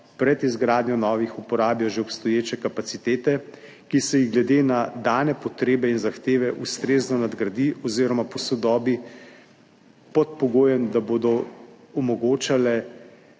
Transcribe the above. pred izgradnjo novih uporabijo že obstoječe kapacitete, ki se jih glede na dane potrebe in zahteve ustrezno nadgradi oziroma posodobi pod pogojem, da bodo omogočale